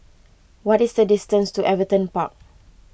what is the distance to Everton Park